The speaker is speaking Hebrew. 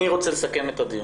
אני רוצה לסכם את הדיון.